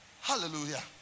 Hallelujah